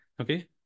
Okay